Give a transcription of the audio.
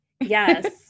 Yes